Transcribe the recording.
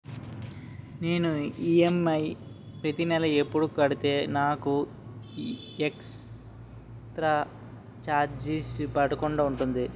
నేను ఈ.ఎం.ఐ ప్రతి నెల ఎపుడు కడితే నాకు ఎక్స్ స్త్ర చార్జెస్ పడకుండా ఉంటుంది?